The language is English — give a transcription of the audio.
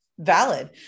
Valid